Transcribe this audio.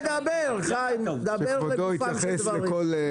אני דיברתי עם היושב-ראש.